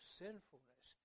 sinfulness